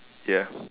ya